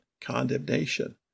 condemnation